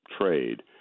trade